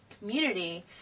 community